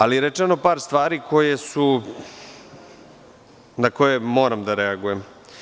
Ali je rečeno par stvari na koje moram da reagujem.